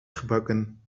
gebakken